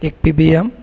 एक पिबीयम